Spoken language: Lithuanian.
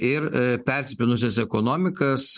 ir persipynusias ekonomikas